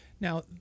Now